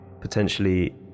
potentially